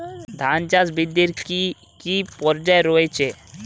ধান চাষ বৃদ্ধির কী কী পর্যায় রয়েছে?